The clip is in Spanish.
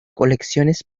colecciones